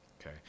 okay